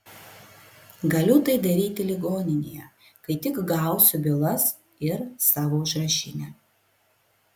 galiu tai daryti ligoninėje kai tik gausiu bylas ir savo užrašinę